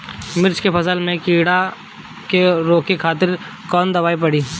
मिर्च के फसल में कीड़ा के रोके खातिर कौन दवाई पड़ी?